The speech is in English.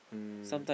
mm